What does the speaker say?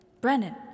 Brennan